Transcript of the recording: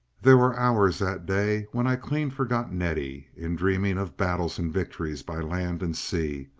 there were hours that day when i clean forgot nettie, in dreaming of battles and victories by land and sea,